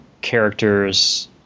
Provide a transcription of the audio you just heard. characters